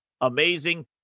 Amazing